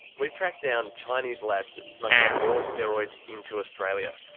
we've tracked down chinese labs smuggling raw steroids into australia,